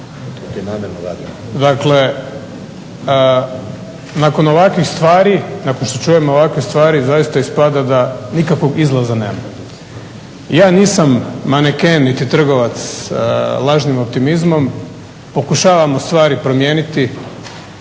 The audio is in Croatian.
Dakle, nakon ovakvih stvari, nakon što čujem ovakve stvari zaista ispada da nikakvog izlaza nemamo. Ja nisam maneken niti trgovac lažnim optimizmom. Pokušavam u stvari promijeniti